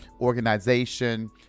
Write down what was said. organization